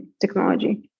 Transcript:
technology